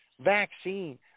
vaccine